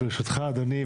ברשותך אדוני,